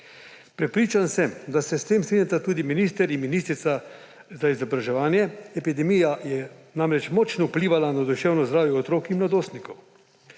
Prepričan sem, da se s tem strinjata tudi minister in ministrica za izobraževanje, epidemija je namreč močno vplivala na duševno zdravje otrok in mladostnikov.